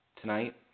tonight